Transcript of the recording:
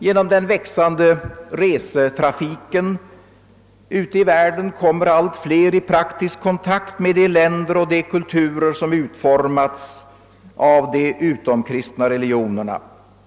Genom den växande resetrafiken ute i världen kommer allt fler i praktisk kontakt med de länder och kulturer som utformats av de utomkristna religionerna.